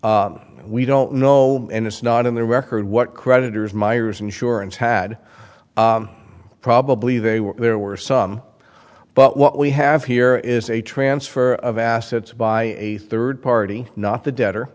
we don't know and it's not in their record what creditors myers insurance had probably they were there were some but what we have here is a transfer of assets by a third party not the debtor